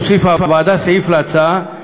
הוסיפה הוועדה סעיף להצעה,